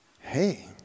hey